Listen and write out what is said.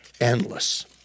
endless